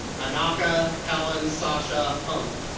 anakah helen sasha hunek.